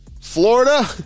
Florida